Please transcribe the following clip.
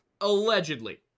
allegedly